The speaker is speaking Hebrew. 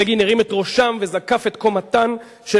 בגין הרים את ראשם וזקף את קומתם של